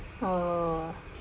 oh